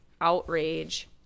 outrage